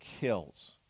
kills